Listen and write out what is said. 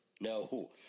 No